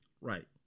Right